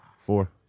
Four